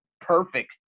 perfect